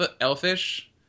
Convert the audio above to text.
Elfish